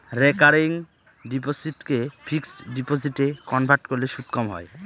recurring ডিপোসিটকে fixed ডিপোজিটে convert করলে সুদ কম হয়